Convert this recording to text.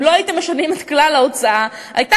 אם לא הייתם משנים את כלל ההוצאה הייתה